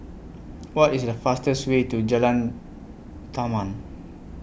What IS The fastest Way to Jalan Taman